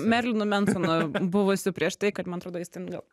merlinu mensonu buvusiu prieš tai kad man atrodo jis ten gal